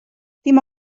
dim